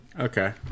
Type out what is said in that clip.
Okay